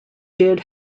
did